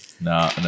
no